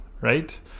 right